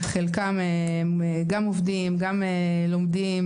וחלקם עובדים ולומדים,